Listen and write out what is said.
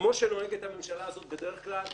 כמו שנוהגת הממשלה הזאת בדרך כלל,